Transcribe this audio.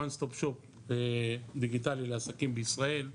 one stop shop דיגיטלי לעסקים בישראל,